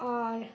আর